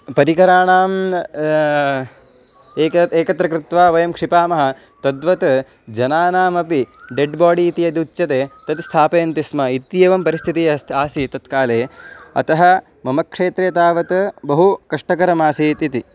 परिकराणां एक एकत्र कृत्वा वयं क्षिपामः तद्वत् जनानामपि डेड् बोडि इति यद् उच्यते तत् स्थापयन्ति स्म इत्येवं परिस्थितिः अस् आसीत् तत्काले अतः मम क्षेत्रे तावत् बहु कष्टकरम् आसीत् इति